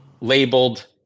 labeled